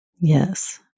Yes